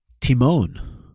Timon